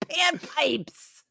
Panpipes